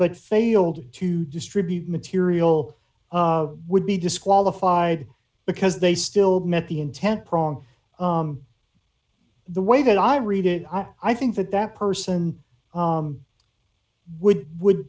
but failed to distribute material would be disqualified because they still met the intent prong the way that i read it i think that that person would would